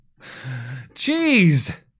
Jeez